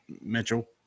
Mitchell